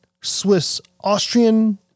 Swiss-Austrian